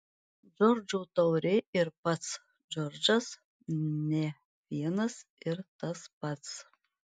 džordžo taurė ir pats džordžas ne vienas ir tas pats